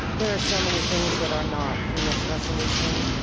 there are so many things that are not in this resolution.